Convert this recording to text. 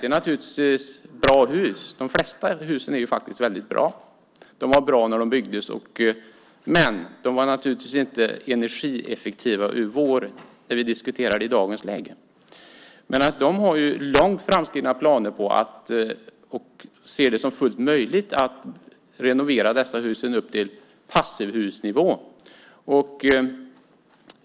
Det är naturligtvis bra hus. De flesta husen är faktiskt väldigt bra. De var bra när de byggdes, men de var naturligtvis inte energieffektiva på det sätt som vi diskuterar i dagens läge. Men de har långt framskridna planer och ser det som fullt möjligt att renovera dessa hus upp till passivhusnivå.